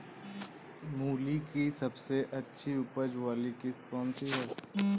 मूली की सबसे अच्छी उपज वाली किश्त कौन सी है?